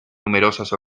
numerosas